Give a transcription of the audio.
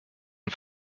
und